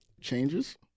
changes